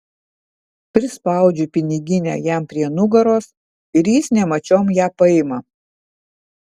prispaudžiu piniginę jam prie nugaros ir jis nemačiom ją paima